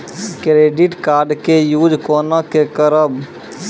Credit card के use कोना के करबऽ?